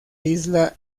isla